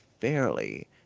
fairly